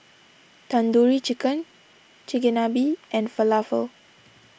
Tandoori Chicken Chigenabe and Falafel